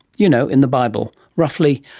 you know, in the bible. roughly,